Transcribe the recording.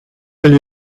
elle